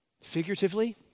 Figuratively